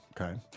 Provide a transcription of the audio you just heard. Okay